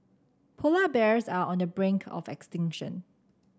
polar bears are on the brink of extinction